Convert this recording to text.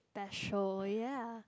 that show ya